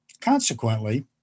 Consequently